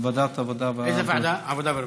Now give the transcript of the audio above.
העבודה והרווחה.